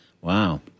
wow